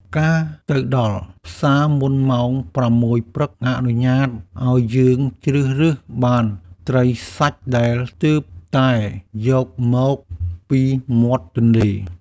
ការទៅដល់ផ្សារមុនម៉ោងប្រាំមួយព្រឹកអនុញ្ញាតឱ្យយើងជ្រើសរើសបានត្រីសាច់ដែលទើបតែយកមកពីមាត់ទន្លេ។